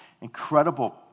incredible